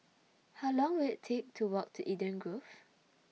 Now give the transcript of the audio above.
How Long Will IT Take to Walk to Eden Grove